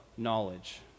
knowledge